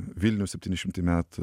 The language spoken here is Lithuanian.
vilniaus septyni šimtai metų